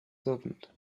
servant